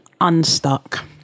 unstuck